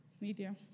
Media